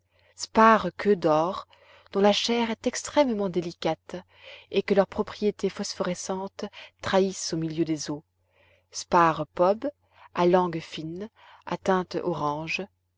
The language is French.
topaze spares queues dor dont la chair est extrêmement délicate et que leurs propriétés phosphorescentes trahissent au milieu des eaux spares pobs à langue fine à teintes orange